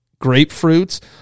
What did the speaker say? Grapefruits